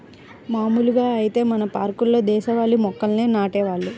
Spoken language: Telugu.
మాములుగా ఐతే మన పార్కుల్లో దేశవాళీ మొక్కల్నే నాటేవాళ్ళు